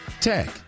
tech